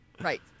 Right